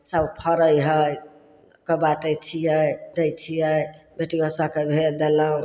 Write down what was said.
सब फरय हइ सबके बाँटय छियै दै छियै बेटियो सबके भेज देलहुँ